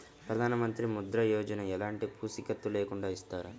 ప్రధానమంత్రి ముద్ర యోజన ఎలాంటి పూసికత్తు లేకుండా ఇస్తారా?